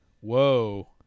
Whoa